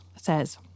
says